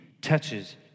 touches